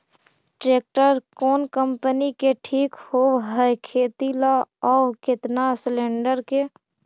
Tractor कोन company के ठीक होब है खेती ल औ केतना सलेणडर के?